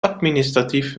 administratief